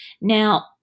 Now